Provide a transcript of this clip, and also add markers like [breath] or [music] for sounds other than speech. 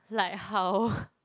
like how [breath]